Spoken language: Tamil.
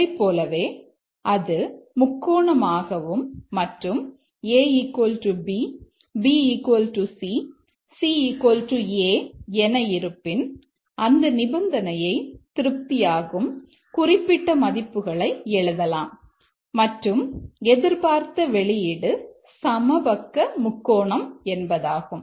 அதைப்போலவே அது முக்கோணம் ஆகவும் மற்றும் a b b c c a என இருப்பின் அந்த நிபந்தனையை திருப்தியாகும் குறிப்பிட்ட மதிப்புகளை எழுதலாம் மற்றும் எதிர்பார்த்த வெளியீடு சமபக்க முக்கோணம் என்பதாகும்